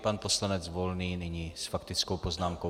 Pan poslanec Volný nyní s faktickou poznámkou.